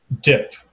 dip